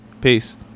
peace